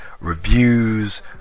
reviews